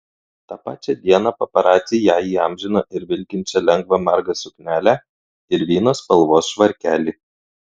tą pačią dieną paparaciai ją įamžino ir vilkinčią lengvą margą suknelę ir vyno spalvos švarkelį